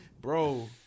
Bro